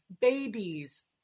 babies